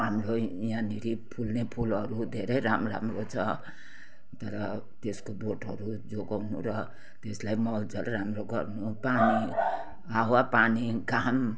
हाम्रो यहाँनिर फुल्ने फुलहरू धेरै राम्रो राम्रो छ तर त्यसको बोटहरू जोगाउनु र त्यसलाई मलजल राम्रो गर्नु पानी हावा पानी घाम